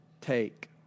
take